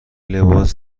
لباس